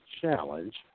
challenge